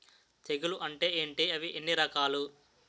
తెగులు అంటే ఏంటి అవి ఎన్ని రకాలు?